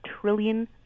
trillion